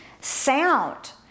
sound